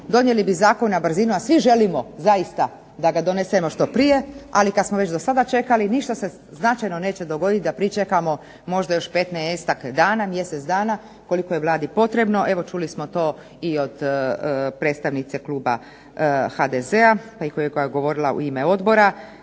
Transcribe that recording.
donijeli bi zakon na brzinu, a svi želimo zaista da ga donesemo što prije, ali kad smo već do sada čekali ništa se značajno neće dogoditi da pričekamo možda još 15-tak dana, mjesec dana koliko je Vladi potrebno. Evo čuli smo to i od predstavnice kluba HDZ-a koja je govorila u ime odbora